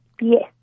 Yes